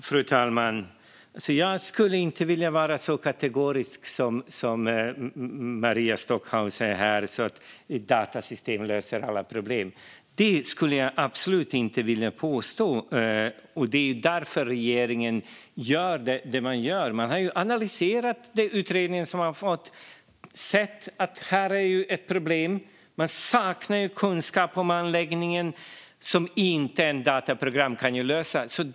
Fru talman! Jag skulle inte vara så kategorisk som Maria Stockhaus är här. Att ett datasystem löser alla problem skulle jag absolut inte vilja påstå. Det är därför regeringen gör det den gör. Regeringen har analyserat utredningen som den fått och sett att här är ett problem: Man saknar kunskap om anläggningen, vilket ett dataprogram inte kan lösa.